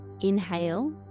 Inhale